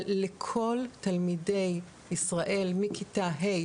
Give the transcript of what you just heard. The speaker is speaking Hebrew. אבל לכל תלמידי ישראל מכיתה ה',